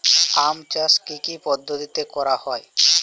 আম চাষ কি কি পদ্ধতিতে করা হয়?